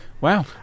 Wow